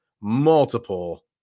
multiple